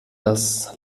das